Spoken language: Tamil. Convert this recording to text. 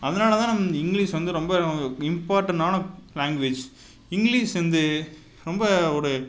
அதனாலதான் நம் இங்கிலீஷ் வந்து ரொம்ப இம்பார்ட்டண்னான லாங்வேஜ் இங்கிலீஷ் வந்து ரொம்ப ஒரு